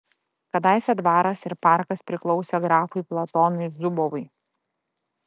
kadaise dvaras ir parkas priklausė grafui platonui zubovui